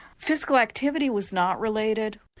physical activity was not related.